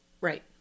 right